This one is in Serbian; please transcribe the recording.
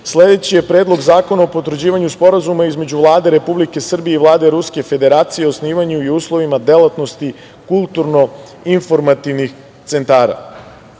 je Predlog zakona o potvrđivanju Sporazuma između Vlade Republike Srbije i Vlade Ruske Federacije o osnivanju i uslovima delatnosti kulturno-informativnih centara. Moram